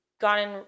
gotten